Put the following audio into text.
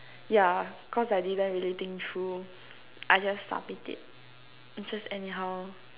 yeah cause I didn't really think through I just submit it it's just anyhow